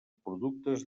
productes